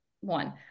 one